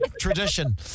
Tradition